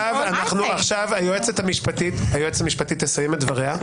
היועצת המשפטית תסיים את דבריה.